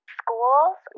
schools